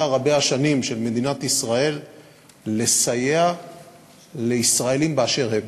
רבי-השנים של מדינת ישראל לסייע לישראלים באשר הם.